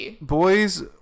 Boys